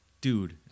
Dude